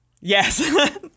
Yes